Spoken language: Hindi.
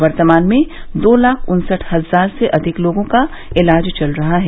वर्तमान में दो लाख उन्सठ हजार से अधिक लोगों का इलाज चल रहा है